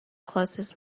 closest